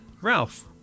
Ralph